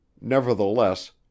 Nevertheless